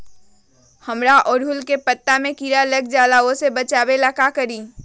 हमरा ओरहुल के पत्ता में किरा लग जाला वो से बचाबे ला का करी?